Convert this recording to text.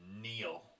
kneel